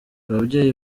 ababyeyi